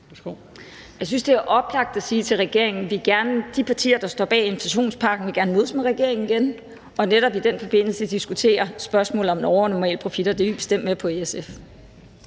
Jeg synes, det er oplagt at sige til regeringen, at de partier, der står bag inflationspakken, gerne vil mødes med regeringen igen og netop i den forbindelse diskutere spørgsmålet om overnormale profitter. Det er vi bestemt med på i SF.